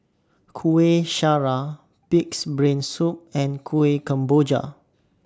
Kueh Syara Pig'S Brain Soup and Kuih Kemboja